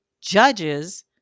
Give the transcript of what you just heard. judges